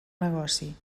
negoci